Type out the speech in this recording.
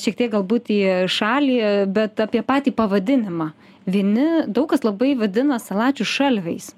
šiek tiek galbūt į šalį bet apie patį pavadinimą vieni daug kas labai vadina salačius šalviais